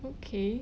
okay